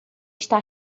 está